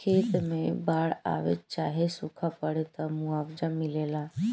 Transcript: खेत मे बाड़ आवे चाहे सूखा पड़े, त मुआवजा मिलेला